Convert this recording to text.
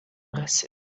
presse